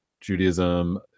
judaism